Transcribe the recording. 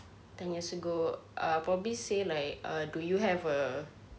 ten years ago err probably say like err do you have a